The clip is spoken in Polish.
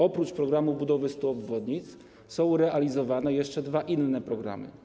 Oprócz „Programu budowy 100 obwodnic” są realizowane jeszcze dwa inne programy.